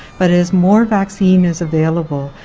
but as more vaccine is available